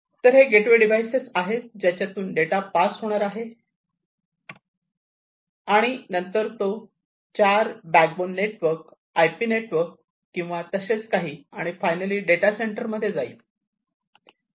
तर हे गेटवे डिवाइससे आहेत ज्याच्या तुन् डेटा पास होणार आहे आणि नंतर तो चार बॅकबोनं नेटवर्क आयपी नेटवर्क किंवा तसेच काही आणि फायनली डेटा सेंटरमध्ये जाईल